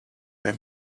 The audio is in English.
own